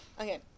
Okay